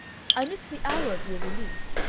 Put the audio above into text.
i missed the hour of your release,